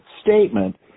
statement